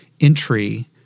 entry